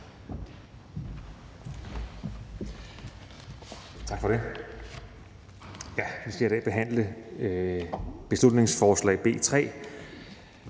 Tak for det. Vi skal i dag behandle beslutningsforslag B